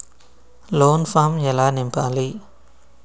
Loan form ఎలా నింపాలి?